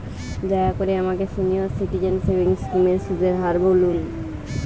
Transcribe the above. দয়া করে আমাকে সিনিয়র সিটিজেন সেভিংস স্কিমের সুদের হার বলুন